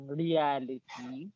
reality